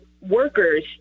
workers